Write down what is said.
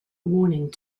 warning